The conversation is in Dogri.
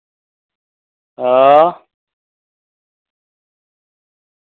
हां